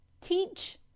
teach